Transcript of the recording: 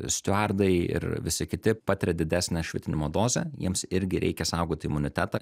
stiuardai ir visi kiti patiria didesnę švitinimo dozę jiems irgi reikia saugoti imunitetą